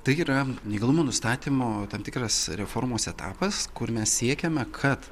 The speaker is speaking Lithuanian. tai yra neįgalumo nustatymo tam tikras reformos etapas kur mes siekiame kad